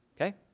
okay